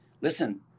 listen